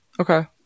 Okay